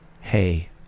hey